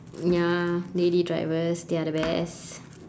ya lady drivers they are the best